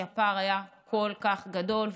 כי הפער היה כל כך גדול,